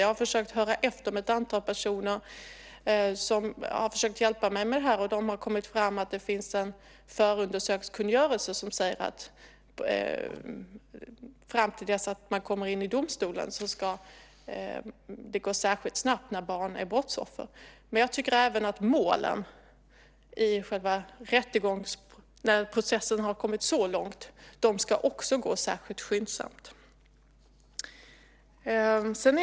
Jag har hört efter med ett antal personer som har försökt hjälpa mig med det här, och de har kommit fram till att det finns en förundersökningskungörelse som säger att fram till dess att ett ärende kommer till domstolen ska det gå särskilt snabbt när barn är brottsoffer. Men jag tycker att även målen, när processen har kommit så långt, ska gå särskilt skyndsamt.